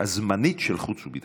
הזמנית של חוץ וביטחון.